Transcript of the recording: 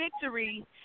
victory